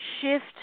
shift